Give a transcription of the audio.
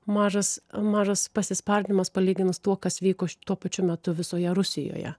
mažas mažas pasispardymas palyginus tuo kas vyko tuo pačiu metu visoje rusijoje